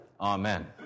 Amen